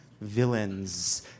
villains